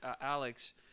Alex